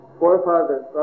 forefathers